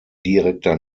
direkter